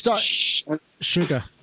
Sugar